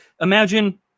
imagine